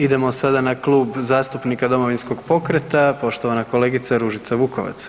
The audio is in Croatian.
Idemo sada na Klub zastupnika Domovinskog pokreta poštovana kolegica Ružica Vukovac.